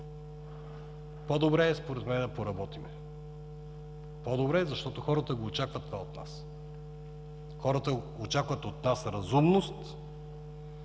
По-добре е според мен да поработим – по-добре е, защото хората очакват това от нас. Хората очакват от нас разумност,